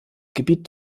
gebiet